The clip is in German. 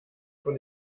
von